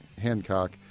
Hancock